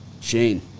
Shane